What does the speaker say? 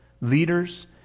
leaders